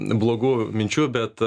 blogų minčių bet